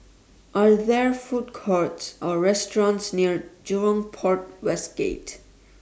Are There Food Courts Or restaurants near Jurong Port West Gate